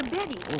Betty